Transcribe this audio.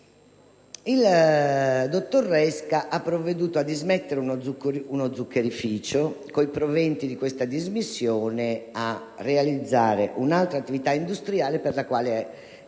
il dottor Resca ha provveduto a dismettere uno zuccherificio e, con i proventi di questa dismissione, a realizzare un'altra attività industriale per la quale la società